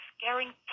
scaring